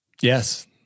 Yes